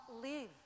live